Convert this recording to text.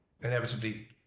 inevitably